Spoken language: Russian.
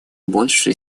больше